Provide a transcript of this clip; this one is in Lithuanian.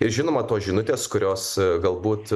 ir žinoma tos žinutės kurios galbūt